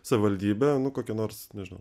savivaldybę nu kokią nors nežinau